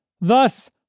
Thus